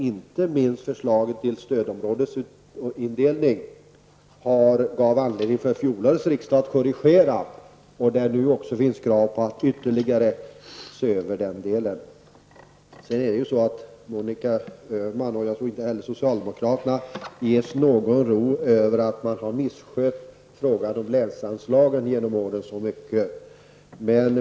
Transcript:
Inte minst förslaget till stödområdesindelning hade ju fjolårets riksdag anledning att korrigera, och det finns nu krav på ytterligare översyn av den delen. Monica Öhman och socialdemokraterna ges ingen ro för att de har misskött frågan om länsanslagen genom åren så mycket.